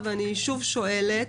שוב שואלת.